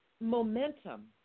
momentum